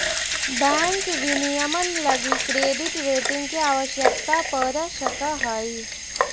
bank विनियमन लगी credit rating के आवश्यकता पड़ सकऽ हइ